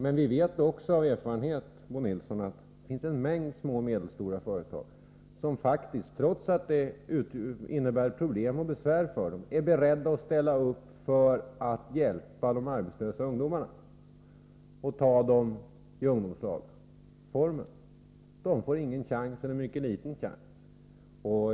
Men vi vet också av erfarenhet, Bo Nilsson, att det finns en mängd små och medelstora företag som faktiskt, trots att det innebär problem och besvär för dem, är beredda att ställa upp för att hjälpa de arbetslösa ungdomarna och ta emot dem i ungdomslagsform. Dessa företag får ingen chans — eller mycket liten chans.